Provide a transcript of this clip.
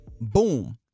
Boom